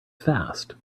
fast